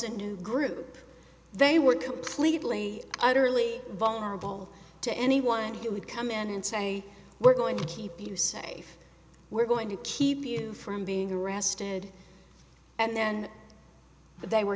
new group they were completely utterly vulnerable to anyone who would come in and say we're going to keep you safe we're going to keep you from being arrested and then they were